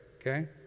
Okay